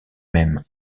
mêmes